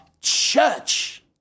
church